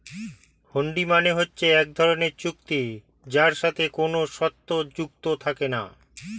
হুন্ডি মানে হচ্ছে এক ধরনের চুক্তি যার সাথে কোনো শর্ত যুক্ত থাকে না